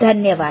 धन्यवाद